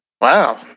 wow